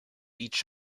each